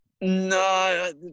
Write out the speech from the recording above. No